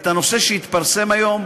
את הנושא שהתפרסם היום,